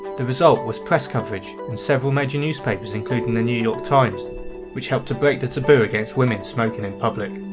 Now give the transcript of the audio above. the result was press coverage in several major newspapers including the new york times which helped to break the taboo against women smoking in public.